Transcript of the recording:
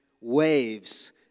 waves